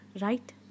right